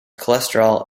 cholesterol